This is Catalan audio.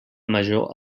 major